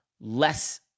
less